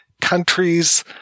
countries